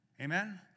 Amen